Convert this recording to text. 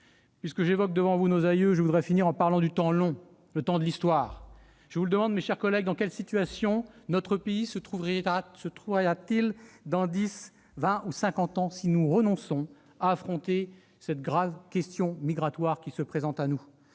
Puisque j'évoque devant vous nos aïeux, je voudrais finir en parlant du temps long, celui de l'histoire. Je vous le demande, mes chers collègues, dans quelle situation notre pays se trouvera-t-il dans dix, vingt ou cinquante ans si nous renonçons à affronter cette grave question migratoire qui se présente à nous ?